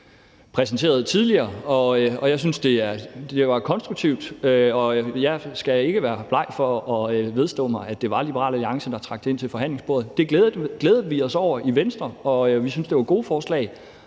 præsenteret tidligere, og jeg syntes, det var konstruktivt. Og jeg skal ikke være bleg for at vedstå, at det var Liberal Alliance, der trak det ind til forhandlingsbordet. Det glædede vi os over i Venstre, og vi syntes, det var gode forslag,